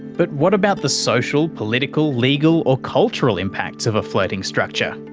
but what about the social, political, legal or cultural impacts of a floating structure?